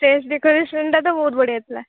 stage ଡେକୋରେସନ୍ଟା ତ ବହୁତ ବଢ଼ିଆ ହୋଇଥିଲା